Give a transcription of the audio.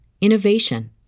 innovation